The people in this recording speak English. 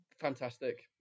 fantastic